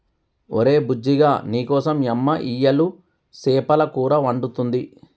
ఒరే బుజ్జిగా నీకోసం యమ్మ ఇయ్యలు సేపల కూర వండుతుంది